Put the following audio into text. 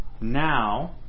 now